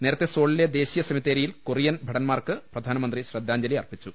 നേരത്തെ സോളിലെ ദേശീയ സെമിത്തേരിയിൽ കൊറിയൻ ഭടന്മാർക്ക് പ്രധാനന്ത്രി ശ്രദ്ധാഞ്ജലി അർപ്പിച്ചു